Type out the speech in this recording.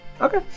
Okay